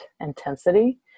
intensity